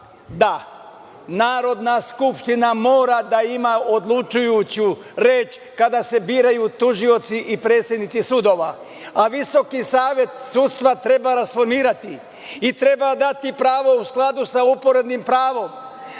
da Narodna skupština mora da ima odlučujuću reč kada se biraju tužioci i predsednici sudova, a Visoki savet sudstava treba rasformirati i treba dati pravo u skladu sa uporednim pravom,